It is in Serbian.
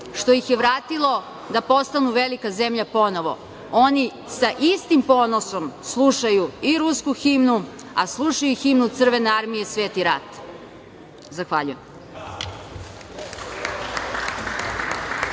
što ih je vratilo da postanu velika zemlja ponovo. Oni sa istim ponosom slušaju i rusku himnu, a slušaju i himnu Crvene armije „Sveti rat“. Zahvaljujem.